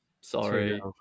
Sorry